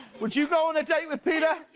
would you go on a date with peter?